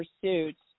pursuits